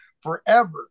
Forever